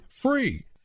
Free